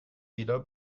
wieder